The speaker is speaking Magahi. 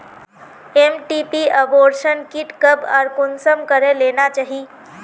एम.टी.पी अबोर्शन कीट कब आर कुंसम करे लेना चही?